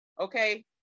Okay